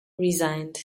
resigned